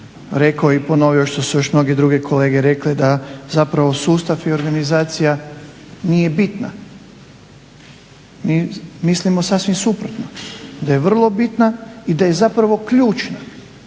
rekao i ponovio što su još mnogi drugi kolege rekli da zapravo sustav i organizacija nije bitna, mi mislimo samo suprotno da je vrlo bitna i da je zapravo ključ.